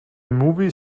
movie